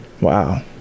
Wow